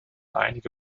einige